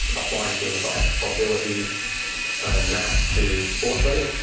applying things like probability and maths to sports betting.